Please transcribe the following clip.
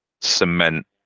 cement